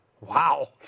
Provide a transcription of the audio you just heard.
Wow